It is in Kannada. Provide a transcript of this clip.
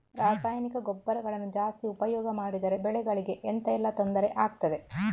ರಾಸಾಯನಿಕ ಗೊಬ್ಬರಗಳನ್ನು ಜಾಸ್ತಿ ಉಪಯೋಗ ಮಾಡಿದರೆ ಬೆಳೆಗಳಿಗೆ ಎಂತ ಎಲ್ಲಾ ತೊಂದ್ರೆ ಆಗ್ತದೆ?